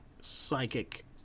psychic